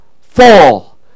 fall